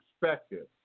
perspective